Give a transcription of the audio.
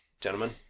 Gentlemen